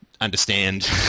understand